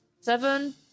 Seven